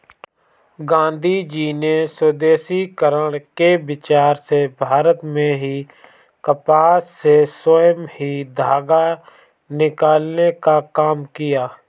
गाँधीजी ने स्वदेशीकरण के विचार से भारत में ही कपास से स्वयं ही धागा निकालने का काम किया